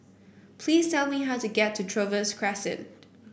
please tell me how to get to Trevose Crescent